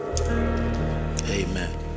Amen